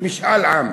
משאל עם.